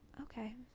Okay